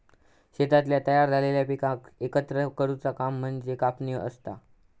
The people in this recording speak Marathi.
शेतातल्या तयार झालेल्या पिकाक एकत्र करुचा काम म्हणजे कापणी असता